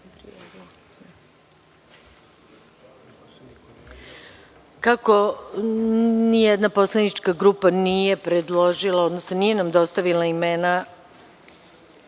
nijedna poslanička grupa nije predložila, odnosno nije nam dostavila imena